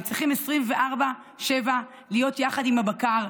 הם צריכים 24/7 להיות יחד עם הבקר,